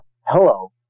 hello